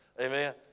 Amen